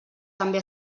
també